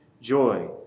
joy